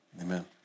amen